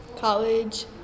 College